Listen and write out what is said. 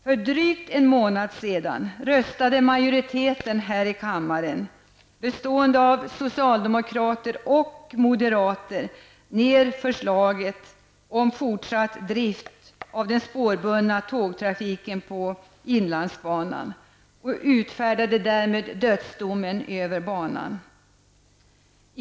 För drygt en månad sedan röstade majoriteten här i kammaren, bestående av socialdemokrater och moderater, ner förslaget om fortsatt drift av den spårbundna tågtrafiken på inlandsbanan och utfärdade därmed dödsdomen över banan.